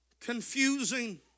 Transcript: confusing